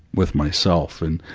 with myself, and,